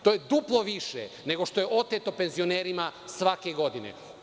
To je duplo više nego što je oteto penzionerima svake godine.